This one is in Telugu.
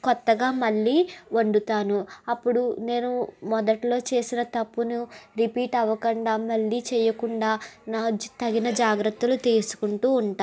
కొత్తగా మళ్ళీ వండుతాను అప్పుడు నేను మొదట్లో చేసిన తప్పును రిపీట్ అవ్వకుండా మళ్ళీ చేయకుండా న జీ తగిన జాగ్రత్తలు తీసుకుంటూ ఉంటాను